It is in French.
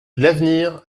l’avenir